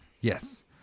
Yes